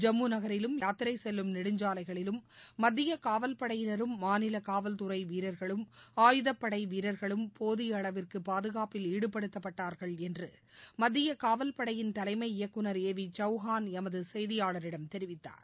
ஜம்மு நகரிலும் யாத்திரை செல்லும் நெடுஞ்சாலைகளிலும் மத்திய காவல்படையினரும் மாநில காவல்துறை வீரர்களும் ஆயுதப்படை வீரர்களும் போதிய அளவிற்கு பாதுகாப்பில் ஈடுபடுத்தப்பட்டுள்ளார்கள் என்று மத்திய காவல் படையின் தலைமை இயக்குநர் ஏ வி சௌகான் எமது செய்தியாளரிடம் தெரிவித்தார்